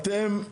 אתם,